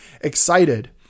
excited